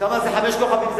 שם זה חמישה כוכבים.